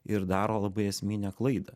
ir daro labai esminę klaidą